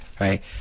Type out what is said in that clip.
right